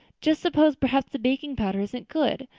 just suppose perhaps the baking powder isn't good?